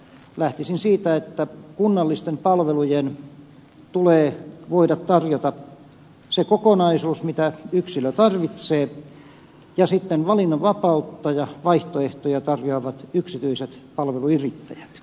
lähtisin siitä että kunnallisten palvelujen tulee voida tarjota se kokonaisuus mitä yksilö tarvitsee ja sitten valinnanvapautta ja vaihtoehtoja tarjoavat yksityiset palveluyrittäjät